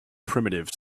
primitive